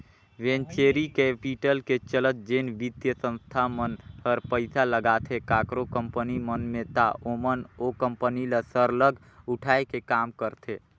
venture capital के चलत जेन बित्तीय संस्था मन हर पइसा लगाथे काकरो कंपनी मन में ता ओमन ओ कंपनी ल सरलग उठाए के काम करथे